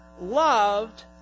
loved